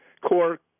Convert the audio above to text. core